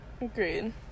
agreed